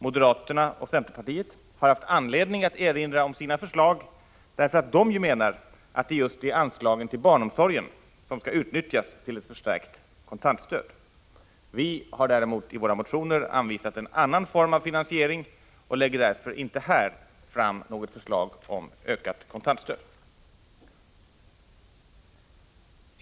Moderaterna och centerpartiet har haft anledning att erinra om sina förslag därför att de menar att det just är anslagen till barnomsorg som skall utnyttjas till ett förstärkt kontantstöd. Vi har däremot i våra motioner anvisat en annan form av finansiering och lägger därför inte här fram något förslag om ökat kontantstöd.